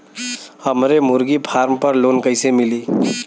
हमरे मुर्गी फार्म पर लोन कइसे मिली?